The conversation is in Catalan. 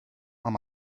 amb